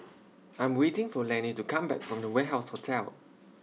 I'm waiting For Lanny to Come Back from The Warehouse Hotel